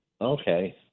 Okay